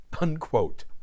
Unquote